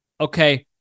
Okay